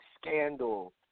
Scandal